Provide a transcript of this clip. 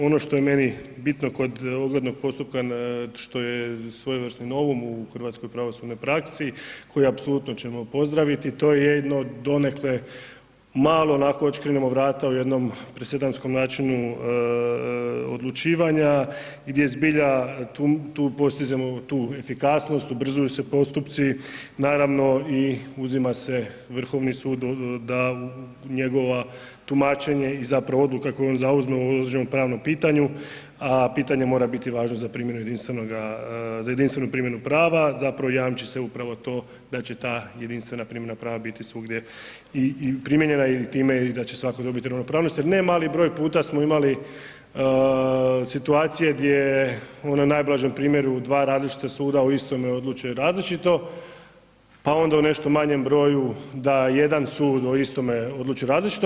Ono što je meni bitno kod oglednog postupka, što je svojevrsni novum u hrvatskoj pravosudnoj praksi koji apsolutno ćemo pozdraviti, to je jedno donekle malo onako odškrinemo vrata u jednom presedanskom načinu odlučivanja gdje zbilja postižemo tu efikasnost, ubrzuju se postupci, naravno uzima se Vrhovni sud da njegovo tumačenje i zapravo odluka koju on zauzme u određenom pravnom pitanju a pitanje mora biti važno za primjenu jedinstvenoga, za jedinstvenu primjenu prava, zapravo jamči se upravo to da će ta jedinstvena primjena prava biti svugdje i primijenjena i time i da će svatko dobiti ravnopravnost jer ne mali broj puta smo imali situacije gdje u onom najblažem primjeru dva različita suda o istome odlučuje različito, pa onda u nešto manjem broju da jedan sud o istome odlučuje različito.